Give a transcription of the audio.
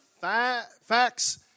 facts